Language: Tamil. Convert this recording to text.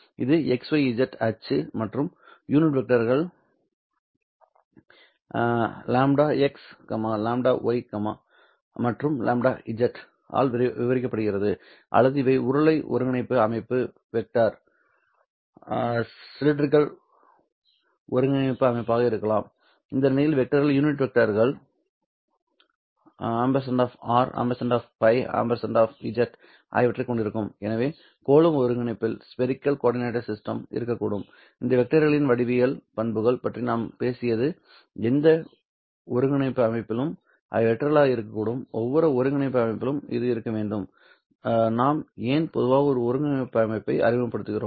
இது x y z அச்சு மற்றும் யூனிட் வெக்டர்கள் x y மற்றும் z ஆல் விவரிக்கப்படுகிறது அல்லது அவை உருளை ஒருங்கிணைப்பு அமைப்பு வெக்டர் உருளை ஒருங்கிணைப்பு அமைப்பாக இருக்கலாம்இந்த நிலையில் வெக்டர்கள் யூனிட் வெக்டர்கள் r Ф மற்றும் z ஆகியவற்றைக் கொண்டிருக்கும் அவை கோள ஒருங்கிணைப்பு அமைப்பில் இருக்கக்கூடும் இந்த வெக்டர்களின் வடிவியல் பண்புகள் பற்றி நாங்கள் பேசியது எந்த ஒருங்கிணைப்பு அமைப்பிலும் அவை வெக்டர்களாக இருக்கக்கூடும்ஒவ்வொரு ஒருங்கிணைப்பு அமைப்பிலும் இது இருக்க வேண்டும் நாம் ஏன் பொதுவாக ஒரு ஒருங்கிணைப்பு அமைப்பை அறிமுகப்படுத்துகிறோம்